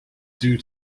due